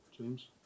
James